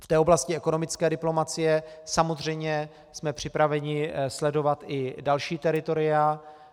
V oblasti ekonomické diplomacie samozřejmě jsme připraveni sledovat i další teritoria.